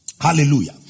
Hallelujah